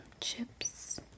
chips